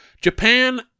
Japan